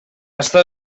està